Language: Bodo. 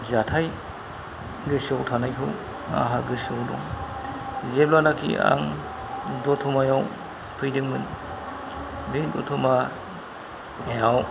जाथाय गोसोआव थानायखौ आंहा गोसोआव दं जेब्लानाखि आं दतमायाव फैदोंमोन बे दतमायाव